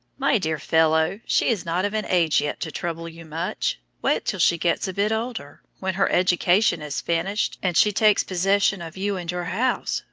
my dear fellow, she is not of an age yet to trouble you much. wait till she gets a bit older. when her education is finished, and she takes possession of you and your house,